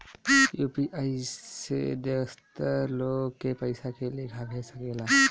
UPI से दोसर लोग के पइसा के लेखा भेज सकेला?